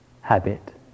habit